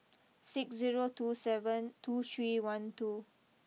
six zero two seven two three one two